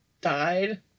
died